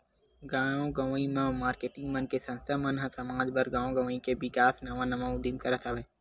गाँव गंवई म मारकेटिंग मन के संस्था मन ह समाज बर, गाँव गवई के बिकास नवा नवा उदीम करत हवय